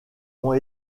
ont